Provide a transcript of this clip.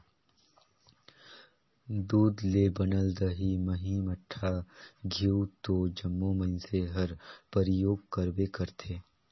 दूद ले बनल दही, मही, मठा, घींव तो जम्मो मइनसे हर परियोग करबे करथे